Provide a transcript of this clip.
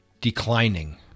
declining